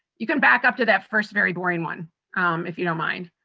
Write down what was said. you can back up to that first very boring one if you don't mind.